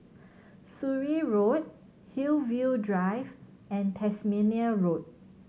Surrey Road Hillview Drive and Tasmania Road